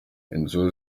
inzu